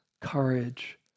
courage